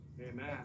Amen